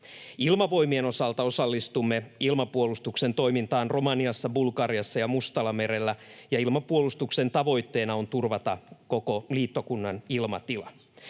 Ilmavoimien osalta osallistumme ilmapuolustuksen toimintaan Romaniassa, Bulgariassa ja Mustallamerellä, ja ilmapuolustuksen tavoitteena on turvata koko liittokunnan ilmatila.